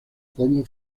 como